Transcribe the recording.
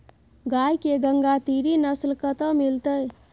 गाय के गंगातीरी नस्ल कतय मिलतै?